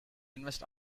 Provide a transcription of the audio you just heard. invest